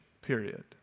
period